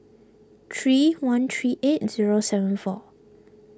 three one three eight zero seven four